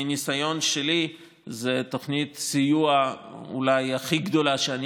מניסיון שלי זאת תוכנית הסיוע אולי הכי גדולה שאני